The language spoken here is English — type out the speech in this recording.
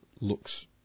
looks